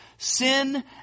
sin